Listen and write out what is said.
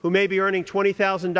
who may be earning twenty thousand